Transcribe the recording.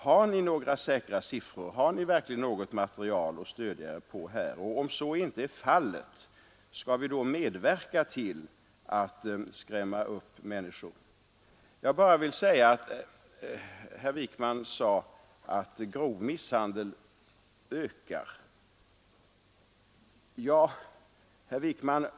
Har ni alltså några säkra siffror, har ni något material att stödja er på här? Om så inte är fallet, skall vi då medverka till att skrämma upp människor? Herr Wijkman sade att den grova misshandeln ökar.